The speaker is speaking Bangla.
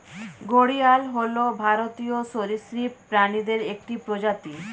ঘড়িয়াল হল ভারতীয় সরীসৃপ প্রাণীদের একটি প্রজাতি